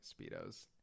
Speedos